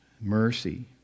mercy